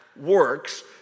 works